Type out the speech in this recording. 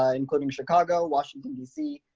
ah including chicago, washington dc.